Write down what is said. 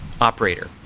operator